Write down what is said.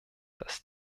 dass